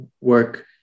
work